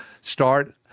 start